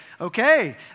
okay